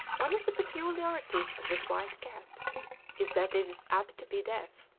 one of the peculiarities of this white cat is that it is apt to be deaf.